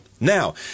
Now